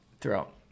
throughout